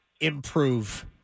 improve